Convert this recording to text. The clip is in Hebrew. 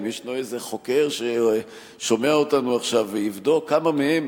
אם ישנו איזה חוקר ששומע אותנו עכשיו ויבדוק כמה מהם